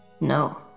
No